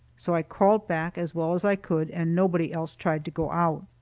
so i crawled back as well as i could, and nobody else tried to go out.